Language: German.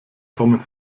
kommen